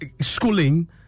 schooling